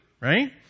right